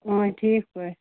ٹھیٖک پٲٹھۍ